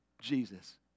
Jesus